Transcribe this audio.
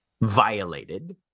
violated